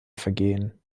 vergehen